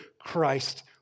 Christ